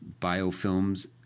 biofilms